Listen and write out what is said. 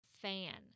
fan